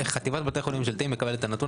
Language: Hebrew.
חטיבת בתי החולים הממשלתיים מקבלת את הנתון